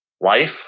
life